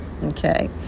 okay